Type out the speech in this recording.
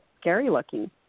scary-looking